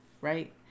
right